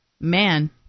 Man